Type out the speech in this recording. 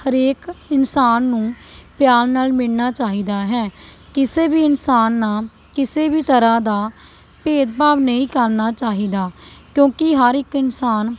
ਹਰੇਕ ਇਨਸਾਨ ਨੂੰ ਪਿਆਰ ਨਾਲ਼ ਮਿਲਣਾ ਚਾਹੀਦਾ ਹੈ ਕਿਸੇ ਵੀ ਇਨਸਾਨ ਨਾਲ਼ ਕਿਸੇ ਵੀ ਤਰ੍ਹਾਂ ਦਾ ਭੇਦ ਭਾਵ ਨਹੀਂ ਕਰਨਾ ਚਾਹੀਦਾ ਕਿਉਂਕਿ ਹਰ ਇੱਕ ਇਨਸਾਨ